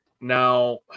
Now